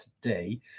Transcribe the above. today